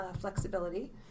flexibility